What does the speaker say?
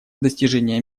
достижение